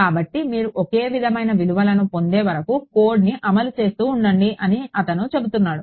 కాబట్టి మీరు ఒకే విధమైన విలువలను పొందే వరకు కోడ్ని అమలు చేస్తూ ఉండండి అని అతను చెబుతున్నాడు